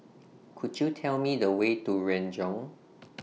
Could YOU Tell Me The Way to Renjong